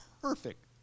perfect